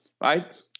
right